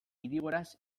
idigoras